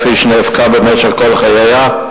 כפי שנאבקה במשך כל חייה,